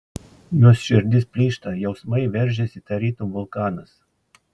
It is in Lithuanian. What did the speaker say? jos širdis plyšta jausmai veržiasi tarytum vulkanas